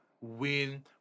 win